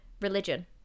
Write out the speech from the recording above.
Religion